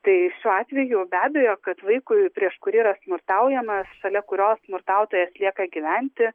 tai šiuo atveju be abejo kad vaikui prieš kurį yra smurtaujama šalia kurio smurtautojas lieka gyventi